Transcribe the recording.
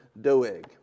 Doeg